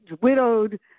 widowed